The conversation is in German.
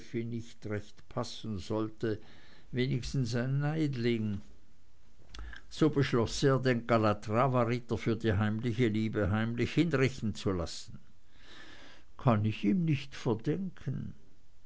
nicht recht passen sollte wenigstens ein neidling so beschloß er den kalatravaritter für die heimliche liebe heimlich hinrichten zu lassen kann ich ihm nicht verdenken